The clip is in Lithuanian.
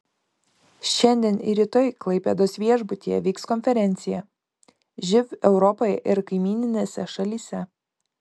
šiandien ir rytoj klaipėdos viešbutyje vyks konferencija živ europoje ir kaimyninėse šalyse